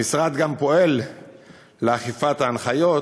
המשרד גם פועל לאכיפת ההנחיות